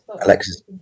Alexis